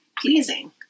pleasing